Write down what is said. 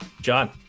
John